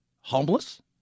homeless